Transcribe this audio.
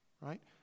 right